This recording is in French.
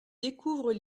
découvrent